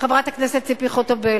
חברת הכנסת ציפי חוטובלי,